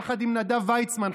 יחד עם נדב ויצמן,